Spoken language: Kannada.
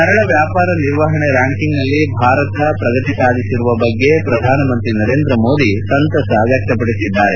ಸರಳ ವ್ಯಾಪಾರ ನಿರ್ವಹಣೆ ರ್ಖಾಂಕಿಂಗ್ನಲ್ಲಿ ಭಾರತ ಪ್ರಗತಿ ಸಾಧಿಸಿರುವ ಬಗ್ಗೆ ಪ್ರಧಾನಮಂತ್ರಿ ನರೇಂದ್ರ ಮೋದಿ ಸಂತಸ ವ್ಲಕ್ತಪಡಿಸಿದ್ದಾರೆ